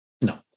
No